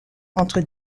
entre